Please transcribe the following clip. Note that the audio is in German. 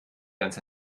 ganz